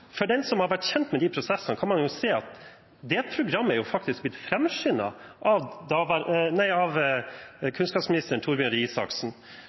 som har vært kjent med de prosessene, kan jo se at det programmet er blitt framskyndet av kunnskapsministeren, Torbjørn Røe Isaksen, slik at man faktisk har fått en raskere framstilling av